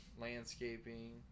Landscaping